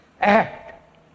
act